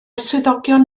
swyddogion